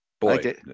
Boy